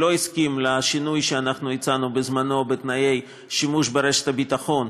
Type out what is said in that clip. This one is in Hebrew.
שלא הסכים לשינוי שאנחנו הצענו בזמננו בתנאי שימוש ברשת הביטחון,